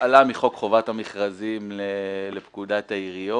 השאלה מחוק חובת המכרזים לפקודת העיריות.